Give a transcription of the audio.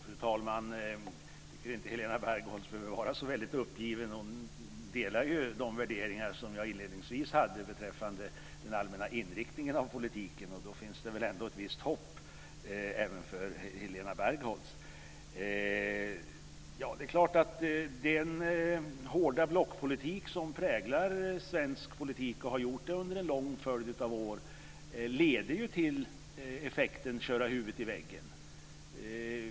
Fru talman! Jag tycker inte att Helena Bargholtz behöver vara så väldigt uppgiven; hon delar ju de värderingar som jag inledningsvis uttryckte beträffande den allmänna inriktningen av politiken, och då finns det väl ändå ett visst hopp även för Helena Det är klart: Den hårda blockpolitik som präglar svensk politik och har gjort det under en lång följd av år leder ju till effekten köra huvudet i väggen.